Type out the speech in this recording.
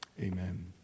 Amen